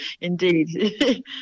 indeed